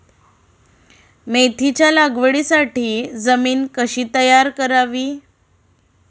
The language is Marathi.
मेथीच्या लागवडीसाठी जमीन कशी तयार करावी?